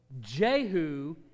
Jehu